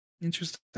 Interesting